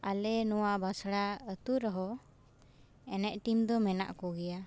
ᱟᱞᱮ ᱱᱚᱣᱟ ᱵᱟᱥᱲᱟ ᱟᱹᱛᱩ ᱨᱮᱦᱚᱸ ᱮᱱᱮᱡ ᱴᱤᱢ ᱫᱚ ᱢᱮᱱᱟᱜ ᱠᱚᱜᱮᱭᱟ